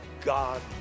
God